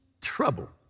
trouble